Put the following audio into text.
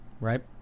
right